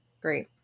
great